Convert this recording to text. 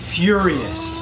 furious